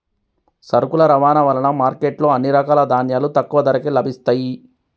సరుకుల రవాణా వలన మార్కెట్ లో అన్ని రకాల ధాన్యాలు తక్కువ ధరకే లభిస్తయ్యి